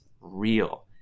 real